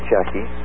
Jackie